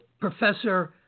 Professor